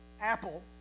Apple